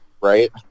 Right